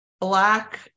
black